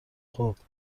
خوبچه